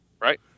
right